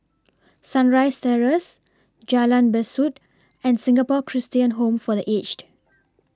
Sunrise Terrace Jalan Besut and Singapore Christian Home For The Aged